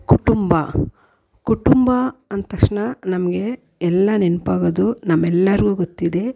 ಕುಟುಂಬ ಕುಟುಂಬ ಅಂತಕ್ಷಣ ನಮಗೆ ಎಲ್ಲ ನೆನಪಾಗೋದು ನಮ್ಮೆಲ್ಲರಿಗೂ ಗೊತ್ತಿದೆ